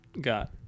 got